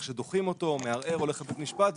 שדוחים אותו הוא מערער והולך לבית משפט,